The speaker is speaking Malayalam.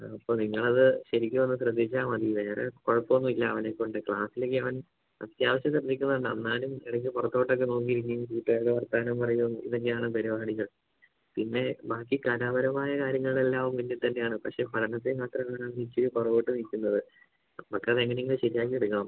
അപ്പോൾ നിങ്ങളത് ശരിക്കും ഒന്ന് ശ്രദ്ധിച്ചാൽ മതി വേറെ കുഴപ്പം ഒന്നും ഇല്ല അവനെക്കൊണ്ട് ക്ലാസിലൊക്കെ അവൻ അത്യാവശ്യം ശ്രദ്ധിക്കുന്നുണ്ട് എന്നാലും ഇടയ്ക്ക് പുറത്തോട്ടൊക്കെ നോക്കിയിരിക്കും കൂട്ടുകാരോട് വർത്തമാനം പറയും ഇതൊക്കെയാണ് പരിപാടികൾ പിന്നെ ബാക്കി കലാപരമായ കാര്യങ്ങളിലെല്ലാം അവൻ മുന്നിൽ തന്നെയാണ് പക്ഷെ പഠനത്തിൽ മാത്രമാണ് അവൻ ഇച്ചിരി പുറകോട്ട് നിൽക്കുന്നത് നമുക്ക് അത് എങ്ങനെയെങ്കിലും ശരിയാക്കി എടുക്കണം